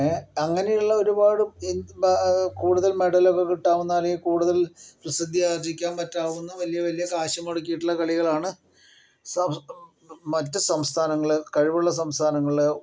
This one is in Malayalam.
ഏ അങ്ങനെയുള്ള ഒരുപാട് കൂടുതൽ മെഡൽ ഒക്കെ കിട്ടാവുന്ന അല്ലെങ്കിൽ കൂടുതൽ പ്രസിദ്ധി ആർജിക്കാൻ പറ്റാവുന്ന വലിയ വലിയ കാശു മുടക്കിയിട്ടുള്ള കളികളാണ് മറ്റ് സംസ്ഥാനങ്ങള് കഴിവുള്ള സംസ്ഥാനങ്ങള്